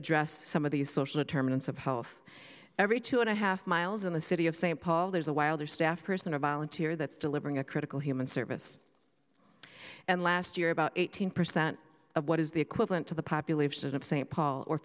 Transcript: address some of these social determinants of health every two and a half miles in the city of st paul there's a wilder staff person or volunteer that's delivering a critical human service and last year about eighteen percent of what is the equivalent to the population of st